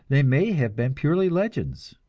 they may have been purely legends.